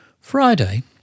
Friday